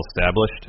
established